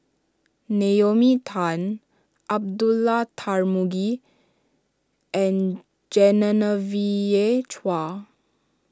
Naomi Tan Abdullah Tarmugi and Genevieve Chua